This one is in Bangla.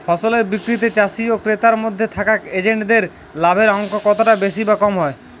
ফসলের বিক্রিতে চাষী ও ক্রেতার মধ্যে থাকা এজেন্টদের লাভের অঙ্ক কতটা বেশি বা কম হয়?